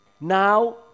Now